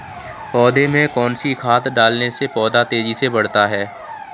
पौधे में कौन सी खाद डालने से पौधा तेजी से बढ़ता है?